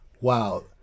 wow